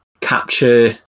capture